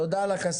תודה לך,